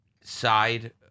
side